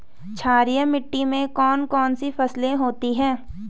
क्षारीय मिट्टी में कौन कौन सी फसलें होती हैं?